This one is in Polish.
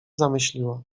zamyśliła